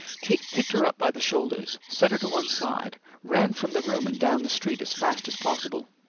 kate picked her up by the shoulders, set her to one side, ran from the room and down the street as fast as possible.